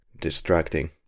distracting